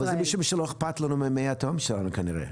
אבל זה משום שלא אכפת לנו ממי התהום שלנו, כנראה.